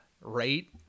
Right